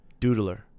Doodler